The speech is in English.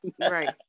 Right